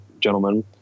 gentlemen